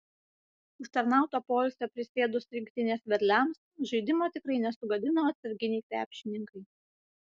užtarnauto poilsio prisėdus rinktinės vedliams žaidimo tikrai nesugadino atsarginiai krepšininkai